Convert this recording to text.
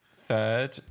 Third